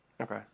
Okay